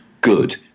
good